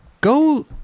Go